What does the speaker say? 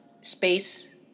Space